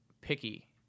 picky